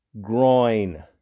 groin